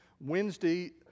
wednesday